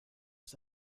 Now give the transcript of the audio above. ist